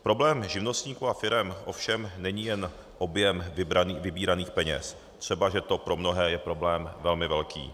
Problém živnostníků a firem ovšem není jen objem vybíraných peněz, třebaže to pro mnohé je problém velmi velký.